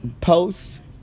post